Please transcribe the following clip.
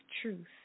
truth